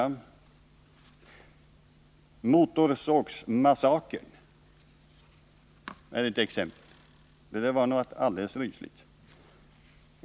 ”Motorsågsmassakern” är ett exempel på titlarna. Det lär vara någonting alldeles rysligt.